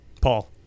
Paul